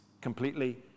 completely